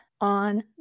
on